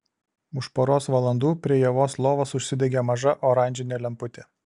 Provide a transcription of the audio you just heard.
už poros valandų prie ievos lovos užsidegė maža oranžinė lemputė